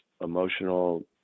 emotional